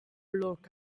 look